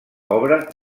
obra